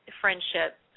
friendship